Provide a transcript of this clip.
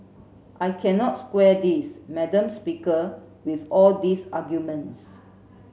I cannot square this madam speaker with all these arguments